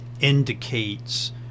indicates